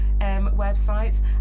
websites